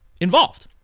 involved